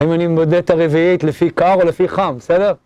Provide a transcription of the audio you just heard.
אם אני מודד את הרביעית לפי קר או לפי חם, בסדר?